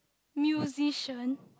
musician